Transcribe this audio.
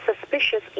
suspicious